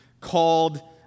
called